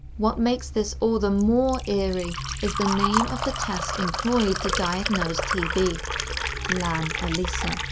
what makes this all the more eerie is the name of the test employed to diagnose tb like um ah lam-elisa.